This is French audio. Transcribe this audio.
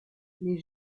les